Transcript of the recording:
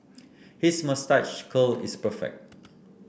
his moustache curl is perfect